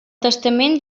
testament